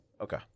Okay